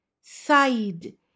side